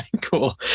Cool